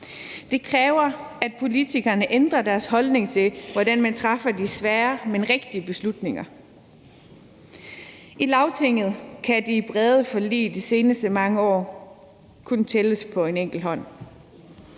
Det kræver, at politikerne ændrer deres holdning til, hvordan man træffer de svære, men rigtige beslutninger. I Lagtinget kan de brede forlig de seneste mange år kun tælles på en enkelt hånd.